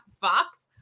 Fox